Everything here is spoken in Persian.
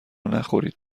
نخورید